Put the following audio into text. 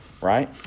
Right